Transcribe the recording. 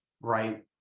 right